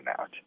out